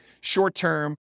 short-term